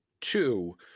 Two –